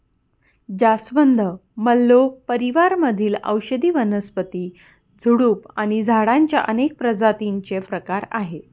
जास्वंद, मल्लो परिवार मधील औषधी वनस्पती, झुडूप आणि झाडांच्या अनेक प्रजातींचे प्रकार आहे